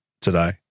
today